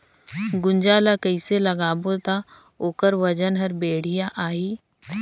गुनजा ला कइसे लगाबो ता ओकर वजन हर बेडिया आही?